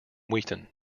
wheaton